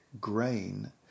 grain